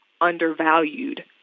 undervalued